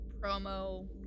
promo